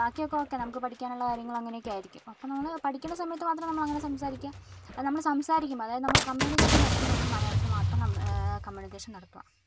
ബാക്കിയൊക്കെ ഓക്കേ നമുക്ക് പഠിക്കാനുള്ള കാര്യങ്ങൾ അങ്ങനെയൊക്കെ ആയിരിക്കും അപ്പം നമ്മൾ പഠിക്കേണ്ട സമയത്ത് മാത്രം നമ്മൾ അങ്ങനെ സംസാരിക്കുക അത് നമ്മൾ സംസാരിക്കും അതായത് നമ്മൾ കമ്മ്യൂണിക്കേഷൻ നടത്തുമ്പോൾ നമ്മൾ മലയാളത്തിൽ മാത്രം കം കമ്മ്യൂണിക്കേഷൻ നടത്തുക